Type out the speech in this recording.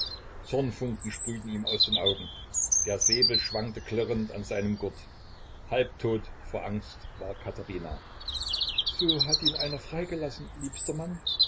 zornfunken sprühten ihm aus den augen der säbel schwankte klirrend an seinem gurt halbtot vor angst war katherina so hat ihn einer freigelassen liebster mann